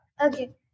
Okay